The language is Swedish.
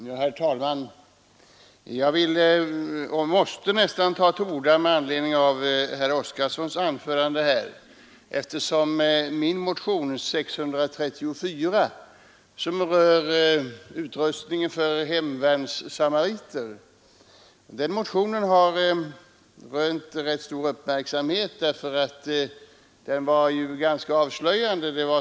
Herr talman! Jag måste faktiskt ta till orda med anledning av herr Oskarsons anförande. Min motion nr 634, som rör utrustningen för hemvärnssamariter, har rönt rätt stor uppmärksamhet, eftersom den var ganska avslöjande.